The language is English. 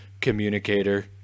communicator